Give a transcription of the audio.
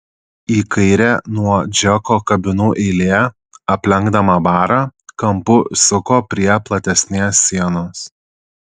į kairę nuo džeko kabinų eilė aplenkdama barą kampu suko prie platesnės sienos